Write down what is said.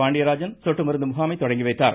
பாண்டியராஜன் சொட்டு மருந்து முகாமை தொடங்கி வைத்தார்